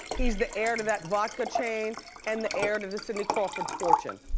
he's the heir to that vodka chain and the heir to the cindy crawford fortune.